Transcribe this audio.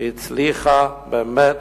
שהצליחה באמת